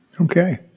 Okay